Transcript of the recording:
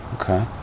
Okay